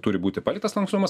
turi būti paliktas lankstumas